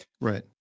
Right